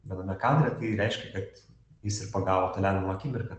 viename kadre tai reiškia kad jis ir pagavo tą lemiamą akimirką